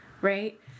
right